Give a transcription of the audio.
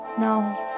now